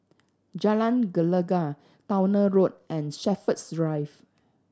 Jalan Gelegar Towner Road and Shepherds Drive